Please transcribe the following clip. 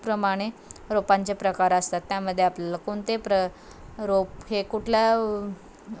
प्रमाणे रोपांचे प्रकार असतात त्यामध्ये आपल्याला कोनते प्र रोप हे कुठल्या